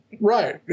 Right